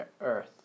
earth